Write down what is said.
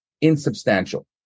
insubstantial